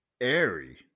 Airy